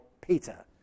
Peter